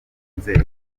inzego